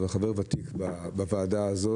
אבל כבר שמונה כנסות.